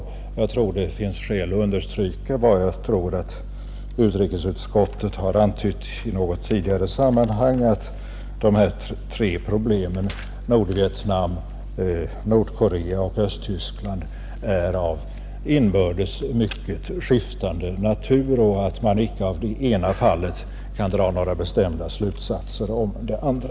Jag tror det finns skäl att understryka vad utrikesutskottet har antytt i något tidigare sammanhang, nämligen att de tre problemen Nordvietnam, Nordkorea och Östtyskland är av inbördes mycket skiftande natur och att man icke av det ena fallet kan dra några bestämda slutsatser om det andra,